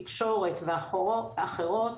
תקשורת ואחרות,